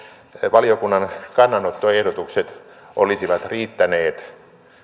valiokunnan kannanottoehdotukset olisivat riittäneet